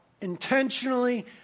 intentionally